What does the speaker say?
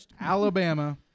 Alabama